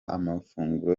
amafunguro